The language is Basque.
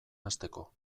hasteko